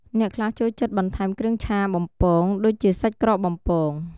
អ្នកខ្លះចូលចិត្តបន្ថែមគ្រឿងឆាបំពង ដូចជាសាច់ក្រកបំពង។